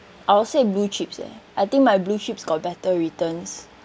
I'll say blue chips leh I think my blue chips got better returns